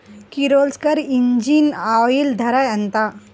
Kirloskar engine oil ధర ఎంత?